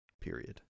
period